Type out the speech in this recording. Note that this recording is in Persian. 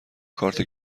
کارت